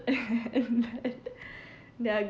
there are